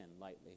lightly